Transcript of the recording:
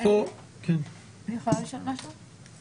אני יכולה לשאול משהו?